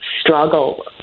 struggle